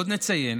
עוד נציין